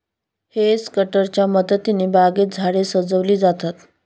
hedge कटरच्या मदतीने बागेत झाडे सजविली जातात